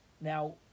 Now